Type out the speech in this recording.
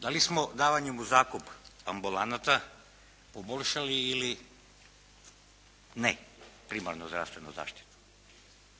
Da li smo davanjem u zakup ambulanata poboljšali ili ne primarnu zdravstvenu zaštitu.